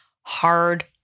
hard